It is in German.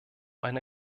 eine